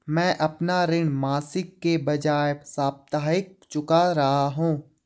मैं अपना ऋण मासिक के बजाय साप्ताहिक चुका रहा हूँ